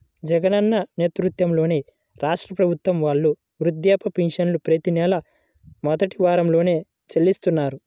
జగనన్న నేతృత్వంలోని రాష్ట్ర ప్రభుత్వం వాళ్ళు వృద్ధాప్య పెన్షన్లను ప్రతి నెలా మొదటి వారంలోనే చెల్లిస్తున్నారు